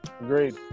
Agreed